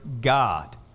God